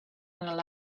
not